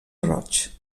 roig